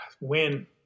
Win